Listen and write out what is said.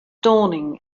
dawning